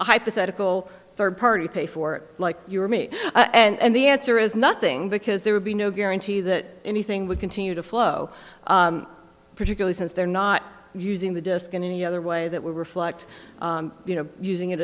hypothetical third party pay for like you or me and the answer is nothing because there would be no guarantee that anything would continue to flow particularly since they're not using the disc in any other way that will reflect you know using it